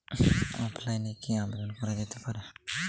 অফলাইনে কি আবেদন করা যেতে পারে?